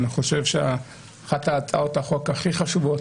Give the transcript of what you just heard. אני חושב שאחת הצעות החוק הכי חשובות,